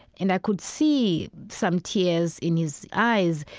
and i could see some tears in his eyes.